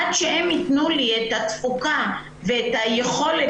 עד שהם יתנו לי את התפוקה ואת היכולת